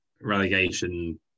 relegation